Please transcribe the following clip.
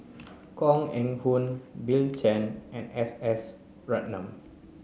Koh Eng Hoon Bill Chen and S S Ratnam